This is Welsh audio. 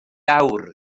lawr